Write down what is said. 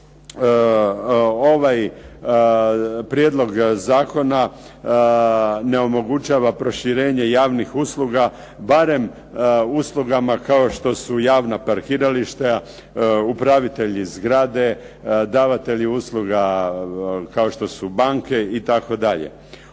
ovaj prijedlog zakona ne omogućava proširenje javnih usluga barem uslugama kao što su javna parkirališta, upravitelji zgrade, davatelji usluga kao što su banke itd.